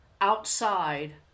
outside